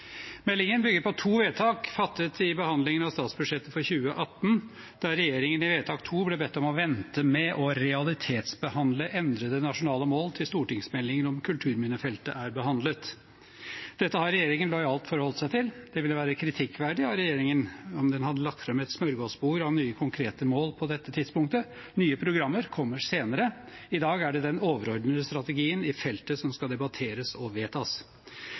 Meldingen bygger på to vedtak fattet i behandlingen av statsbudsjettet for 2018, der regjeringen ble bedt om å vente med å realitetsbehandle endrede nasjonale mål til stortingsmeldingen om kulturminnefeltet er behandlet. Dette har regjeringen lojalt forholdt seg til. Det ville være kritikkverdig av regjeringen om den hadde lagt fram et smørgåsbord av nye konkrete mål på dette tidspunktet. Nye programmer kommer senere; i dag er det den overordnede strategien i feltet som skal debatteres og vedtas.